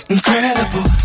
Incredible